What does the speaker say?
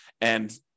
and-